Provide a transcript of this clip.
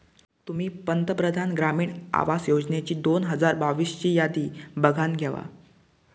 तुम्ही पंतप्रधान ग्रामीण आवास योजनेची दोन हजार बावीस ची यादी बघानं घेवा